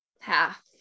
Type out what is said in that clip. half